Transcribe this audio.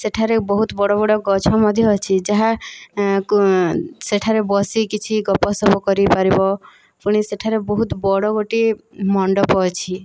ସେଠାରେ ବହୁତ ବଡ଼ ବଡ଼ ଗଛ ମଧ୍ୟ ଅଛି ଯାହା ସେଠାରେ ବସି କିଛି ଗପସପ କରିପାରିବ ପୁଣି ସେଠାରେ ବହୁତ ବଡ଼ ଗୋଟିଏ ମଣ୍ଡପ ଅଛି